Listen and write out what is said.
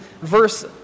Verse